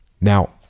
now